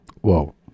whoa